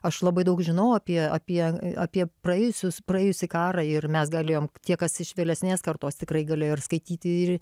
aš labai daug žinau apie apie apie praėjusius praėjusį karą ir mes galėjom tie kas iš vėlesnės kartos tikrai galėjo ir skaityti ir